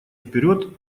вперед